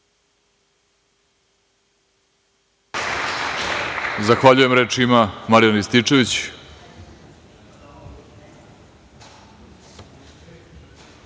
Zahvaljujem. Reč ima Marijan Rističević.